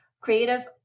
creative